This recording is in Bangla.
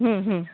হুম হুম